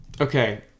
Okay